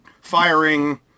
firing